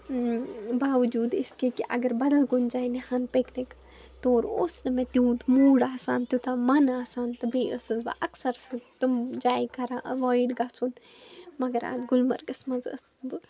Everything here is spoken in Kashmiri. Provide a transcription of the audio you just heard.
باوٚوجوٗد اِس کے کہِ اگر بَدل کُہِ جایہِ نِہن پِکنِک تو اوس نہٕ مےٚ تیوٗت موڈ آسان توٗتاہ من آسان تہٕ بیٚیہِ ٲسٕس بہٕ اکثر تِم جایہِ کَران اَویڈ گَژھن مگر اَتھ گلمَرگس منٛز ٲسٕس بہٕ